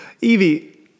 Evie